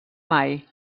mai